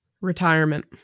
Retirement